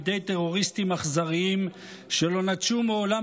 בידי טרוריסטים אכזריים שלא נטשו מעולם